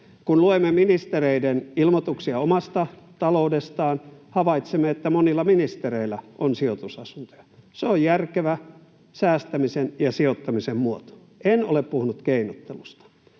Kun luemme ministereiden ilmoituksia omasta taloudestaan, havaitsemme, että monilla ministereillä on sijoitusasuntoja. Se on järkevä säästämisen ja sijoittamisen muoto. En ole puhunut keinottelusta.